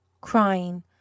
crying